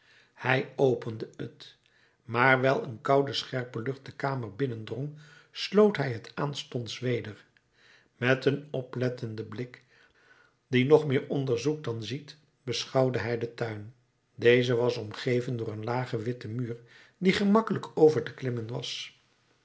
hij opende het maar wijl een koude scherpe lucht de kamer binnendrong sloot hij het aanstonds weder met een oplettenden blik die nog meer onderzoekt dan ziet beschouwde hij den tuin deze was omgeven door een lagen witten muur die gemakkelijk over te klimmen was